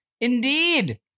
Indeed